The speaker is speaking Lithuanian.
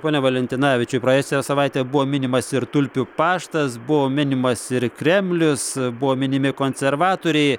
pone valentinavičiau praėjusią savaitę buvo minimas ir tulpių paštas buvo minimas ir kremlius buvo minimi konservatoriai